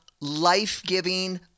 life-giving